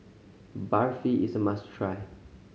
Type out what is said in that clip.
barfi is a must try